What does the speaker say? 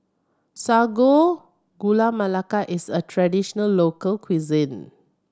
Sago Gula Melaka is a traditional local cuisine